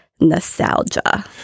nostalgia